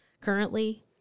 Currently